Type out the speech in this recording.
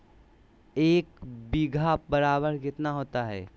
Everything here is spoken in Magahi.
एक बीघा बराबर कितना होता है?